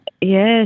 Yes